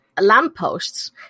lampposts